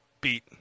beat